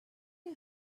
you